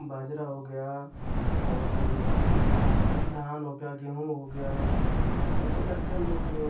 बाजरा हो गया और धान हो गया गेहूँ हो गया ऐसे करके हम लोग